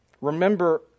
Remember